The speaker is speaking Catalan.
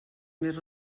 més